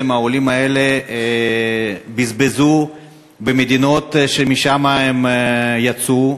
העולים האלה בזבזו במדינות שמהן הם יצאו,